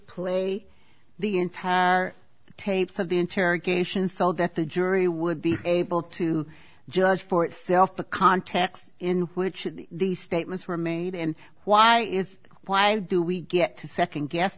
play the entire tapes of the interrogation so that the jury would be able to judge for itself the context in which these statements were made and why is why do we get to second guess